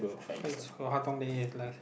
face for how long it has last